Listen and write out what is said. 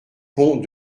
pont